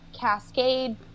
cascade